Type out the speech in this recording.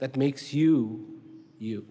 that makes you you